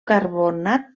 carbonat